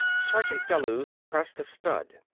sergeant bellews depressed a stud.